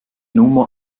nummer